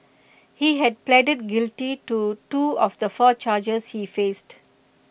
he had pleaded guilty to two of the four charges he faced